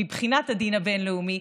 מבחינת הדין הבין-לאומי,